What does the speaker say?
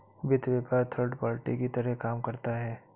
वित्त व्यापार third party की तरह काम करता है